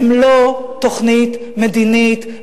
הן לא תוכנית מדינית,